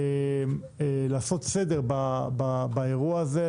לעשות סדר באירוע הזה.